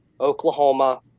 Oklahoma